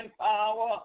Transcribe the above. power